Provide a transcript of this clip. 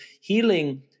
healing